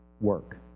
work